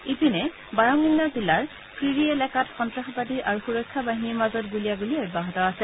আনহাতে বাৰামুল্লা জিলাৰ ক্ৰীৰি এলেকাত সন্তাসবাদী আৰু সুৰক্ষা বাহিনীৰ মাজত গুলিয়াগুলি অব্যাহত আছে